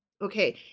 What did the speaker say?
Okay